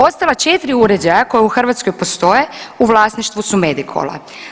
Ostala 4 uređaja koja u Hrvatskoj postoje u vlasništvu su Medikola.